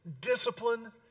Discipline